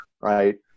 Right